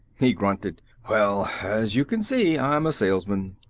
he grunted. well, as you can see, i'm a salesman.